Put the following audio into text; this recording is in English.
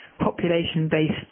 population-based